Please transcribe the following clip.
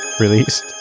Released